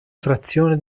frazione